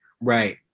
right